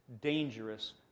dangerous